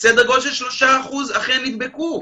סדר גודל 3% אכן נדבקו.